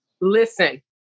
Listen